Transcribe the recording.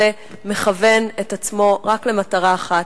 הטרור הזה מכוון את עצמו רק למטרה אחת,